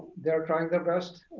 they're trying their best.